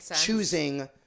choosing